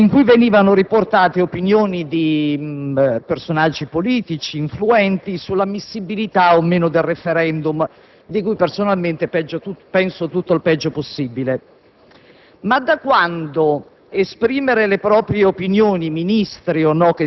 Tutto sembrerebbe nascere da un retroscena, pubblicato sui giornali, in cui venivano riportate opinioni di personaggi politici influenti sull'ammissibilità o meno del *referendum* (di cui personalmente penso tutto il peggio possibile).